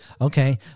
Okay